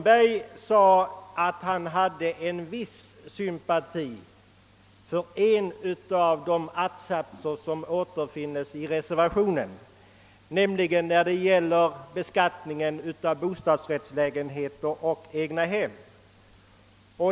Denne sade nämligen att han hyste en viss sympati för en av de att-satser som återfinns i reservationen. Det gällde beskattningen av bostadsrättslägenheter och egnahem.